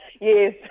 Yes